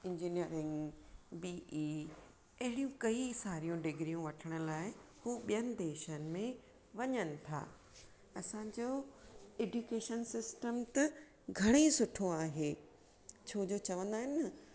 engineering B E अहिड़ियूं कई सारियूं डिग्रीयु वठण लाए ऊं ॿियनि देशनि मे वञनि था असांजो ऐडिकेशन सिस्ट्म घणेइ सुठो आहे छोजो चवंदा आहिनि ना